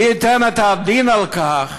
מי ייתן את הדין על כך